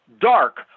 dark